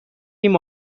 ریم